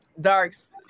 dark's